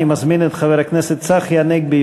אני מזמין את חבר הכנסת צחי הנגבי,